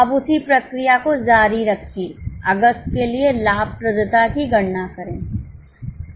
अब उसी प्रक्रिया को जारी रखें अगस्त के लिए लाभप्रदता की गणना करें